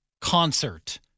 concert